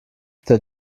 der